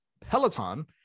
Peloton